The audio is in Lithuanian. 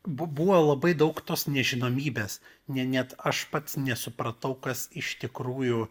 bu buvo labai daug tos nežinomybės ne net aš pats nesupratau kas iš tikrųjų